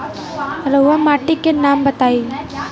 रहुआ माटी के नाम बताई?